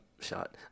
shot